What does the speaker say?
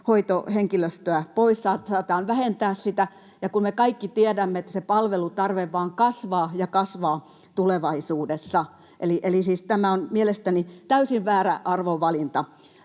hoitohenkilöstöä pois, saatetaan vähentää sitä, kun me kaikki tiedämme, että se palvelutarve vain kasvaa ja kasvaa tulevaisuudessa. Siis tämä on mielestäni täysin väärä arvovalinta.